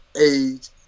age